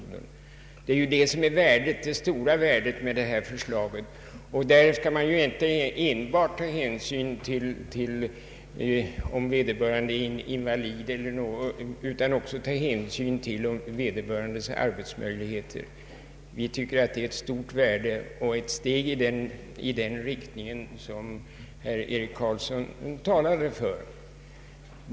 Det är detta som är det stora värdet i förslaget. Man skall nu inte enbart ta hänsyn till om vederbörande är invalid utan också till vederbörandes arbetsmöjligheter. Det är av stort värde och ett steg i den riktning som herr Eric Carlsson talade för.